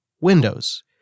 Windows